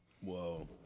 whoa